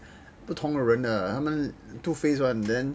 不同的人的他们 two face [one] then